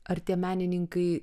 ar tie menininkai